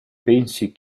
pensi